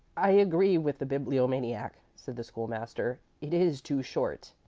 i agree with the bibliomaniac, said the school-master. it is too short.